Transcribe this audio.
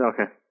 okay